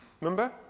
Remember